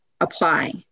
apply